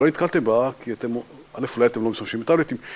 לא נתקלתם בה כי אתם... א' אולח אתם לא משתמשים בטאבלטים.